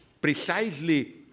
precisely